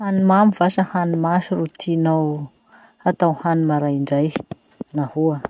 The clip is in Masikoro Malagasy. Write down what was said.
Hany mamy va sa hany masy ro tinao hatao hany maraindray? Nahoa?